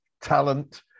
talent